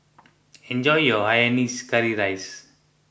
enjoy your Hainanese Curry Rice